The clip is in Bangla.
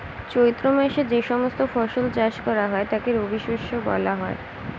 চৈত্র মাসে যে সমস্ত ফসল চাষ করা হয় তাকে রবিশস্য বলা হয়